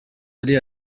aller